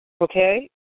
Okay